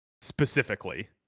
specifically